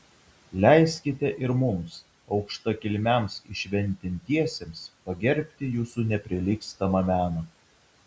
leiskite ir mums aukštakilmiams įšventintiesiems pagerbti jūsų neprilygstamą meną